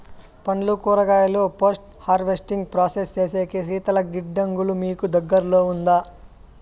పండ్లు కూరగాయలు post harvesting process సేసేకి శీతల గిడ్డంగులు మీకు దగ్గర్లో ఉందా?